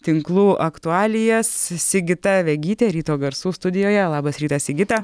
tinklų aktualijas sigita vegytė ryto garsų studijoje labas rytas sigita